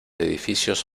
edificios